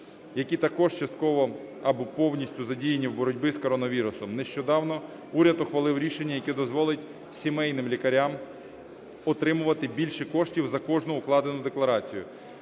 які також частково або повністю задіяні в боротьбі з коронавірусом. Нещодавно уряд ухвалив рішення, яке дозволить сімейним лікарям отримувати більше коштів за кожну укладену декларацію.